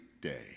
day